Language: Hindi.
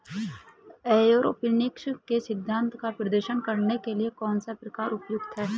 एयरोपोनिक्स के सिद्धांत का प्रदर्शन करने के लिए कौन सा प्रकार उपयुक्त है?